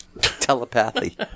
telepathy